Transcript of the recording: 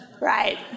Right